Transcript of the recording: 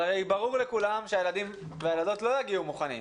אבל הרי ברור לכולם שהילדים והילדות לא יגיעו מוכנים.